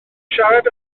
siarad